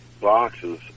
boxes